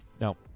No